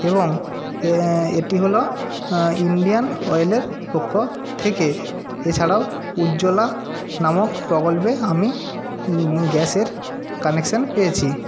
এবং এ এটি হল ইন্ডিয়ান অয়েলের পক্ষ থেকে এছাড়াও উজ্জলা নামক প্রকল্পে আমি গ্যাসের কানেকশান পেয়েছি